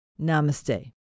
Namaste